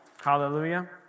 Hallelujah